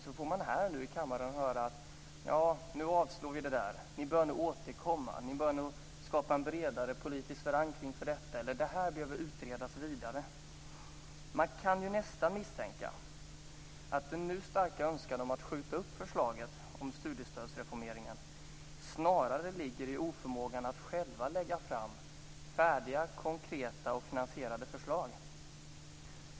Sedan får jag här i kammaren i dag höra: Nu avslår vi det där. Ni bör nog återkomma. Ni bör nog skapa en bredare politisk förankring för detta. Eller också säger man: Det här behöver utredas vidare. Man kan nästan misstänka att den nu starka önskan om att skjuta upp förslaget om studiestödsreformeringen snarare ligger i den egna oförmågan att lägga fram färdiga konkreta och finansierade förslag.